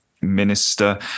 minister